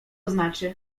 znaczy